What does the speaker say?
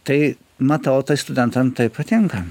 tai matau tai studentam tai patinka